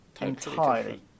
entirely